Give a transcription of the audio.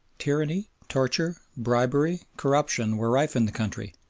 tyranny, torture, bribery, corruption were rife in the country,